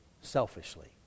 selfishly